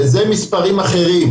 וזה מספרים אחרים